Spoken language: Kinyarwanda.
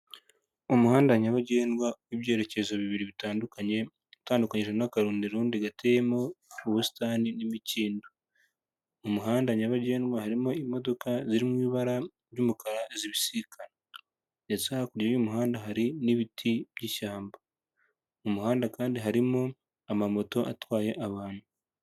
Umuhanda nyabagendwa w'ibyerekezo bibiri bitandukanye, utandukanijwe n'akarundirundi gateyemo ubusitani n'imikindo, mu muhanda nyabagendwa harimo imodoka ziri mu ibara ry'umukara zibisikana, ndetse hakurya y'umuhanda hari n'ibiti by'ishyamba, mu muhanda kandi harimo amamoto atwaye abantu.